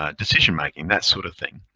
ah decision making, that sort of thing.